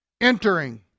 entering